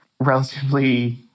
relatively